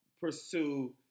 pursue